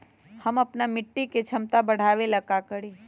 हम अपना मिट्टी के झमता बढ़ाबे ला का करी?